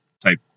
type